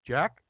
Jack